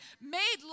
made